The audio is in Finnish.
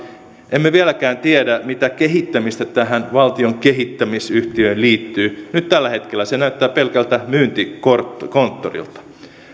emme vieläkään tiedä mitä kehittämistä tähän valtion kehittämisyhtiöön liittyy tällä hetkellä se näyttää pelkältä myyntikonttorilta